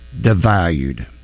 devalued